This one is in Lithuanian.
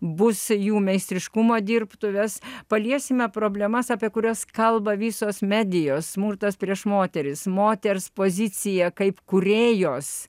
bus jų meistriškumo dirbtuvės paliesime problemas apie kurias kalba visos medijos smurtas prieš moteris moters pozicija kaip kūrėjos